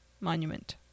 Monument